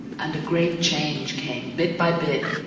and a great change came, bit by bit.